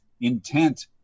intent